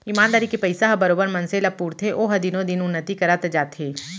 ईमानदारी के पइसा ह बरोबर मनसे ल पुरथे ओहा दिनो दिन उन्नति करत जाथे